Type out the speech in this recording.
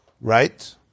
Right